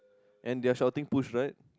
and they're shouting push right